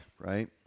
right